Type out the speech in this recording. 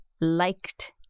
liked